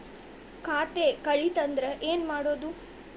ಖಾತೆ ಕಳಿತ ಅಂದ್ರೆ ಏನು ಮಾಡೋದು?